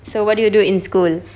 so what did you do in school